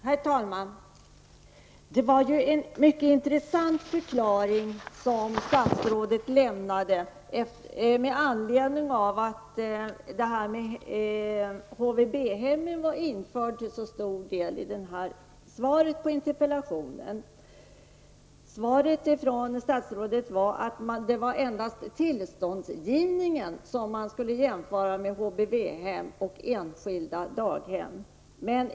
Herr talman! Statsrådet lämnade ju en mycket intressant förklaring med anledning av att HVB hemmen i så stor utsträckning var med i svaret på interpellationen. Statsrådets svar gick ut på att det var endast tillståndsgivningen som skulle finnas med i en jämförelse mellan HVB-hem och enskilda daghem.